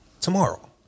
tomorrow